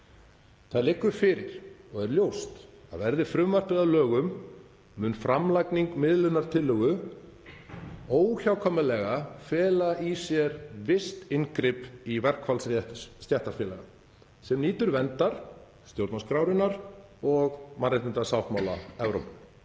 Það liggur fyrir og er ljóst að verði frumvarpið að lögum mun framlagning miðlunartillögu óhjákvæmilega fela í sér visst inngrip í verkfallsrétt stéttarfélaga sem nýtur verndar stjórnarskrárinnar og mannréttindasáttmála Evrópu.